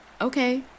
Okay